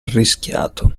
arrischiato